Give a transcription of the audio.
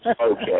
Okay